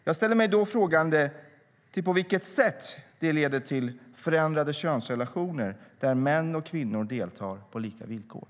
Jag ställer mig frågande till på vilket sätt det leder till förändrade könsrelationer där män och kvinnor deltar på lika villkor.